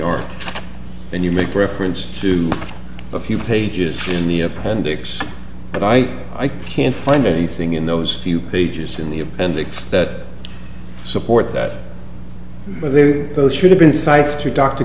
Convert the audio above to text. art and you make reference to a few pages in the appendix but i i can't find anything in those few pages in the appendix that support that those should have been sites to